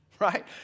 right